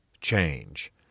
change